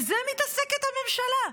ובזה מתעסקת הממשלה.